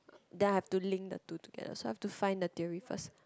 then I have to link the two together so I have to find the theory first